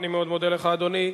אני מאוד מודה לך, אדוני.